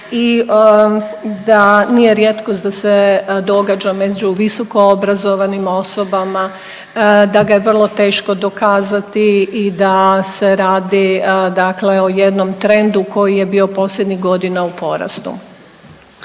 i da nije rijetkost da se događa među visokoobrazovanim osobama, da ga je vrlo teško dokazati i da se radi dakle o jednom trendu koji je bio posljednjih godina u porastu.